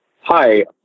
hi